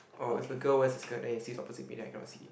oh if a girl wears a skirt then it sits opposite me then i cannot see